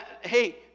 Hey